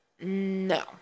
No